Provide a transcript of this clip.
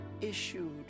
issued